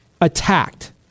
attacked